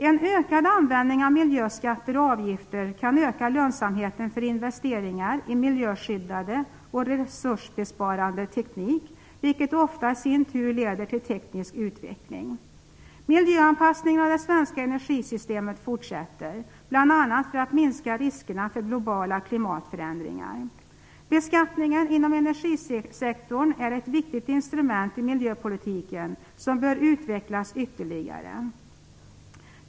En ökad användning av miljöskatter och avgifter kan öka lönsamheten för investeringar i miljöskyddande och resursbesparande teknik, vilket ofta i sin tur leder till teknisk utveckling. Miljöanpassningen av det svenska energisystemet fortsätter, bl.a. för att minska riskerna för globala klimatförändringar. Beskattningar inom energisektorn är ett viktigt instrument i miljöpolitiken som bör utvecklas ytterligare.